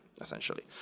essentially